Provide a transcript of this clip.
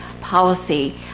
policy